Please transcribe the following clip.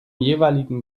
jeweiligen